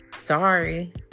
Sorry